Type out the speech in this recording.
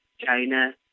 China